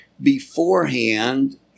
beforehand